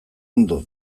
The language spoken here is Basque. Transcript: ondo